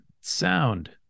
sound